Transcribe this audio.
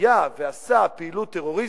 שהיה ועשה פעילות טרוריסטית,